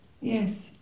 yes